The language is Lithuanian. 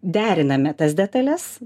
deriname tas detales